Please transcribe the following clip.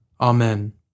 Amen